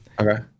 okay